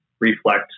reflect